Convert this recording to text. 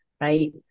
right